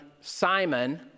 Simon